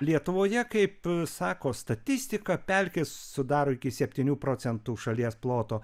lietuvoje kaip sako statistika pelkės sudaro iki septynių procentų šalies ploto